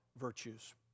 virtues